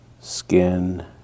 skin